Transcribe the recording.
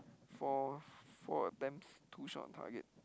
four four attempts two shot on target